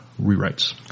rewrites